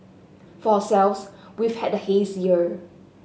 for ourselves we've had the haze year